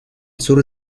sur